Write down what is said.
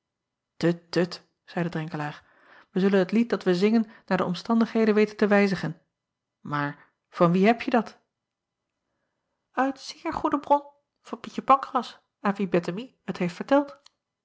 tut zeide renkelaer wij zullen het lied dat wij zingen naar de omstandigheden weten te wijzigen maar van wie hebje dat it zeer goede bron van ietje ancras aan wie ettemie het heeft verteld